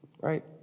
Right